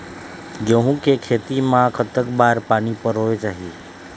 गेहूं के खेती मा कतक बार पानी परोए चाही?